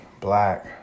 black